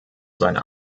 seine